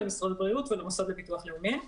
למשרד הבריאות ולמוסד לביטוח לאומי.